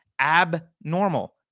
abnormal